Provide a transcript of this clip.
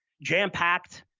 jam packed,